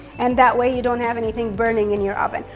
and that way you don't have anything burning in your oven.